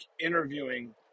interviewing